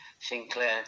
Sinclair